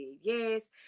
yes